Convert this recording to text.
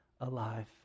alive